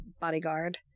Bodyguard